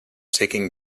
taking